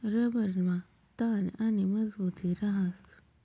रबरमा ताण आणि मजबुती रहास